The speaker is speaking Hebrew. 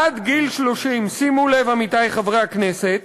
עד גיל 30, שימו לב, עמיתי חברי הכנסת,